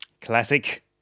classic